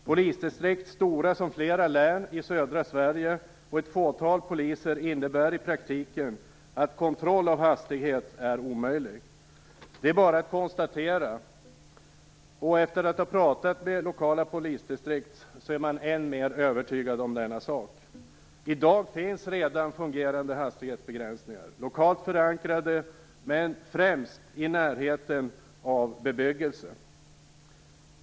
Polisdistrikt som är stora som flera län i södra Sverige och ett fåtal poliser innebär i praktiken att kontroll av hastighet är omöjlig. Det är bara att konstatera. Efter att ha pratat med lokala polisdistrikt är jag än mer övertygad om denna sak. I dag finns redan lokalt förankrade fungerande hastighetsbegränsningar, främst i närheten av bebyggelse.